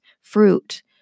fruit